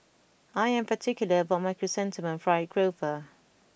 I am particular about my Chrysanthemum Fried Grouper